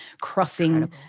crossing